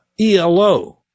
ELO